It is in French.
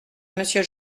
monsieur